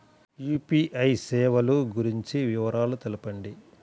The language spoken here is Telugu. యూ.పీ.ఐ సేవలు గురించి వివరాలు తెలుపండి?